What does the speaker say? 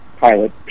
pilot